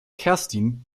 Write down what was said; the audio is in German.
kerstin